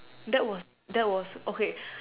that was that was okay